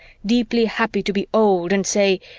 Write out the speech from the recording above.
deeply happy to be old, and say,